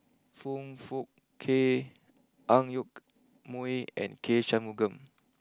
Foong Fook Kay Ang Yoke Mooi and K Shanmugam